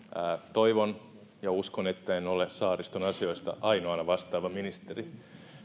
toivon ja uskon että en ole saariston asioista ainoana vastaava ministeri